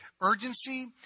urgency